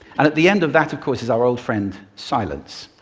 and at the end of that, of course, is our old friend silence.